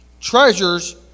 Treasures